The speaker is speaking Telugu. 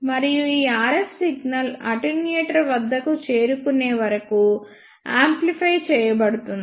మరియు ఈ RF సిగ్నల్ అటెన్యుయేటర్ వద్దకు చేరుకునే వరకు యాంప్లిఫై చేయబడుతుంది